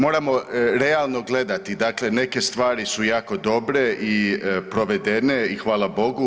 Moramo realno gledati, dakle neke stvari su jako dobre i provedene i hvala Bogu.